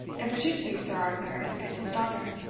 and particularly sir arthur and his daughter